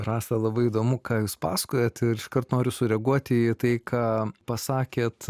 rasa labai įdomu ką jūs pasakojote ir iškart noriu sureaguoti į tai ką pasakėte